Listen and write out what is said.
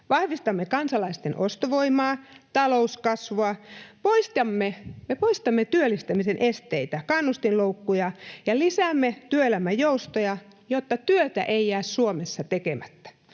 vahvistamme kansalaisten ostovoimaa, talouskasvua, me poistamme työllistämisen esteitä, kannustinloukkuja ja lisäämme työelämän joustoja, jotta työtä ei jää Suomessa tekemättä.